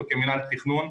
אנחנו כמינהל תכנון,